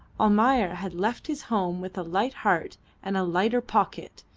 almayer had left his home with a light heart and a lighter pocket,